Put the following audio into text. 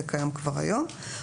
התשס"א 2001,